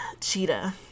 Cheetah